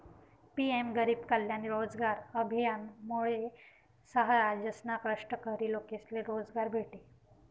PM गरीब कल्याण रोजगार अभियानमुये सहा राज्यसना कष्टकरी लोकेसले रोजगार भेटी